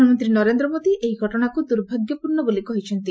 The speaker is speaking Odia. ପ୍ରଧାନମନ୍ତ୍ରୀ ନରେନ୍ଦ୍ର ମୋଦି ଏହି ଘଟଣାକୁ ଦୂର୍ଭାଗ୍ୟପୂର୍ଣ୍ଣ ବୋଲି କହିଛନ୍ତି